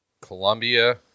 Colombia